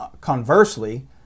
conversely